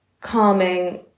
calming